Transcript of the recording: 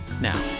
now